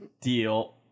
deal